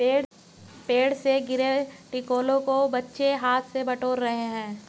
पेड़ से गिरे टिकोलों को बच्चे हाथ से बटोर रहे हैं